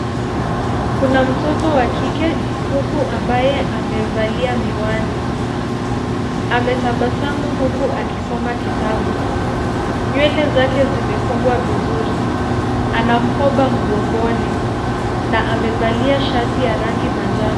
Kuna mtoto wa kike huku ambaye amevalia miwani. Ametabasamu huku akisoma kitabu. Nywele zake zimefungwa vizuri. Ana mkoba mgongoni na amevalia shati ya rangi manjano.